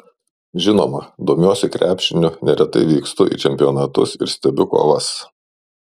žinoma domiuosi krepšiniu neretai vykstu į čempionatus ir stebiu kovas